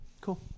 Cool